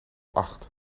acht